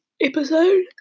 episode